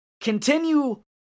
continue